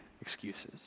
excuses